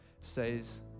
says